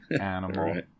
Animal